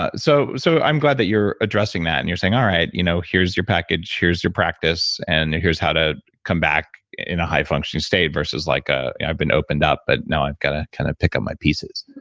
so so i'm glad that you're addressing that, and you're saying all right, you know here's your package, here's your practice, and here's how to come back in a high functioning state versus like an ah i've been opened up, but now i've got to kind of pick up my pieces.